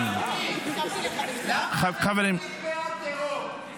למה אתם תמיד בעד טרור?